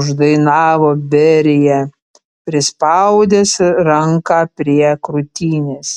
uždainavo berija prispaudęs ranką prie krūtinės